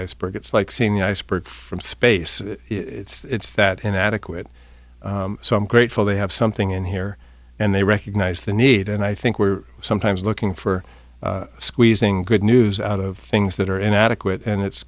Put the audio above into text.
iceberg it's like seeing the iceberg from space it's that inadequate so i'm grateful they have something in here and they recognize the need and i think we're sometimes looking for squeezing good news out of things that are inadequate and it's